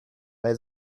bei